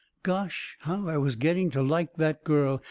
gosh how i was getting to like that girl!